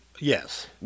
Yes